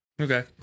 Okay